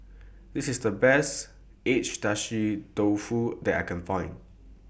This IS The Best Agedashi Dofu that I Can Find